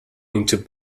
into